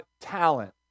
talent